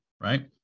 right